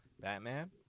Batman